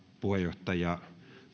puheenjohtaja